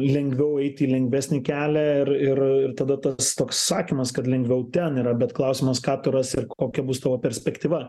lengviau eiti į lengvesnį kelią ir ir tada tas toks sakymas kad lengviau ten yra bet klausimas ką tu rasi ir kokia bus tavo perspektyva